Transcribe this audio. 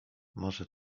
może